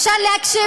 אפשר להקשיב לי?